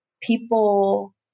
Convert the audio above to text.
people